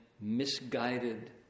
misguided